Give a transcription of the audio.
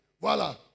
voilà